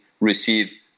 receive